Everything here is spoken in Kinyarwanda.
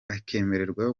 akemererwa